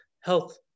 health